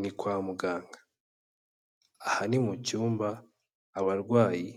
Ni kwa muganga, aha ni mu cyumba abarwayi